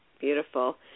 beautiful